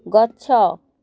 ଗଛ